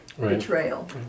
betrayal